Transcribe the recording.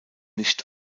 nicht